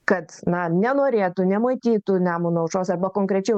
kad na nenorėtų nematytų nemuno aušros arba konkrečiau